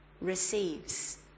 receives